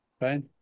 right